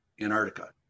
Antarctica